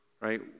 right